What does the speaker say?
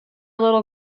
little